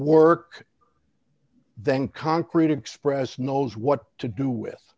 work than concrete express knows what to do with